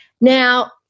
Now